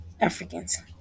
Africans